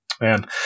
Man